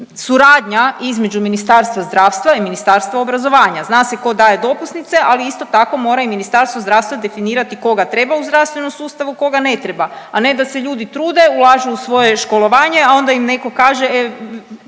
između Ministarstva zdravstva i Ministarstva obrazovanja. Zna se tko da je dopusnice, ali isto tako, mora i Ministarstvo zdravstva definirati koga treba u zdravstvenom sustavu, a koga ne treba, a ne da se ljudi trude, ulažu u svoje školovanje, a onda im netko kaže,